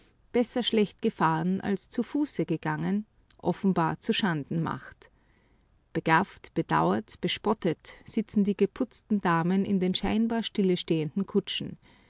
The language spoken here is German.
besser schlecht gefahren als zu fuße gegangen offenbar zuschanden macht begafft bedauert bespottet sitzen die geputzten damen in den scheinbar stillestehenden kutschen